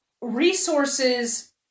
resources